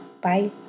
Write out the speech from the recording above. Bye